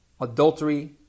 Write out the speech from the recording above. adultery